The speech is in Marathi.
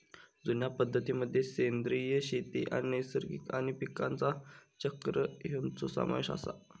जुन्या पद्धतीं मध्ये सेंद्रिय शेती आणि नैसर्गिक आणि पीकांचा चक्र ह्यांचो समावेश आसा